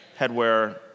headwear